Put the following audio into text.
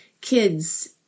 kids